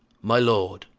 my lord,